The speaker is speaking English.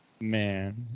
Man